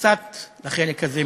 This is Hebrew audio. קצת לחלק הזה מאתמול.